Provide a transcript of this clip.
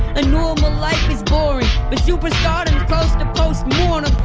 a normal life is boring. but superstardom's close to post-mortem.